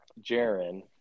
Jaron